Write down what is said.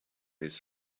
these